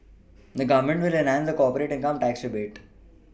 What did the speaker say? the Government will enhance the corporate income tax rebate